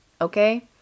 Okay